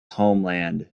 homeland